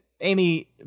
Amy